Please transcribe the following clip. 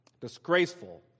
disgraceful